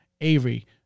avery